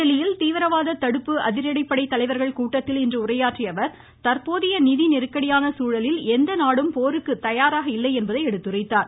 புதுதில்லியில் தீவிரவாத தடுப்பு அதிரடிப்படை தலைவர்கள் கூட்டத்தில் இன்று உரையாற்றியஅவர் தற்போதைய நிதி நெருக்கடியான சூழலில் எந்த நாடும் போருக்கத் தயாராக இல்லை என்பதை எடுத்துரைத்தார்